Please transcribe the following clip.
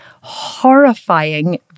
horrifying